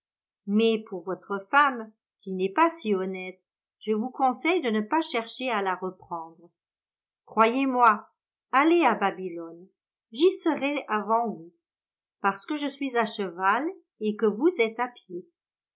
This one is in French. mais pour votre femme qui n'est pas si honnête je vous conseille de ne pas chercher à la reprendre croyez-moi allez à babylone j'y serai avant vous parceque je suis à cheval et que vous êtes à pied